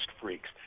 freaks